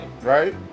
right